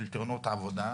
של תאונות עבודה,